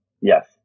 Yes